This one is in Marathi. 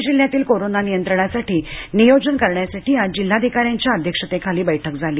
पुणे जिल्ह्यातील कोरोना नियंत्रणासाठी नियोजन करण्यासाठी आज जिल्हाधिकार्यांच्या अध्यक्षतेखाली बैठक झाली